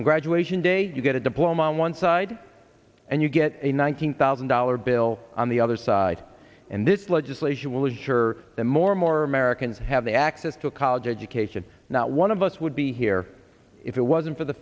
on graduation day you get a diploma on one side and you get a one hundred thousand dollar bill on the other side and this legislation will ensure that more and more americans have the access to a college education not one of us would be here if it wasn't for the